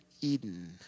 Eden